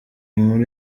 inkuru